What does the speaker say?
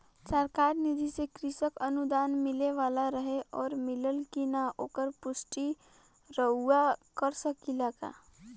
सरकार निधि से कृषक अनुदान मिले वाला रहे और मिलल कि ना ओकर पुष्टि रउवा कर सकी ला का?